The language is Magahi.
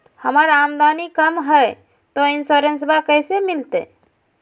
हमर आमदनी कम हय, तो इंसोरेंसबा कैसे मिलते?